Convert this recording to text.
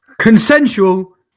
Consensual